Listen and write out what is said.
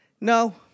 no